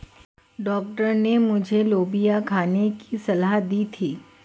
doctor ने मुझे लोबिया खाने की सलाह दी थी